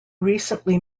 recently